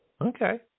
Okay